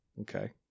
Okay